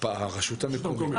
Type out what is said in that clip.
הרשות המקומית.